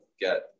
get